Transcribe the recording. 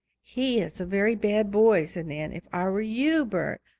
he is a very bad boy, said nan. if i were you, bert,